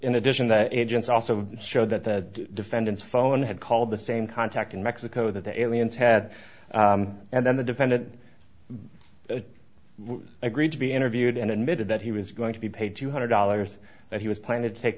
in addition the agents also show that the defendant's phone had called the same contact in mexico that the aliens had and then the defendant agreed to be interviewed and admitted that he was going to be paid two hundred dollars that he was plan